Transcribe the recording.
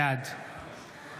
בעד